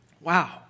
Wow